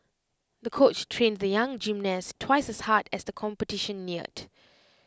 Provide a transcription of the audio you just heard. the coach trained the young gymnast twice as hard as the competition neared